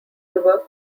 river